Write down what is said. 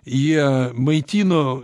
jie maitino